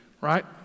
right